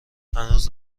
هنوز